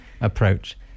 approach